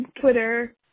Twitter